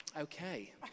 okay